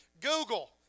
Google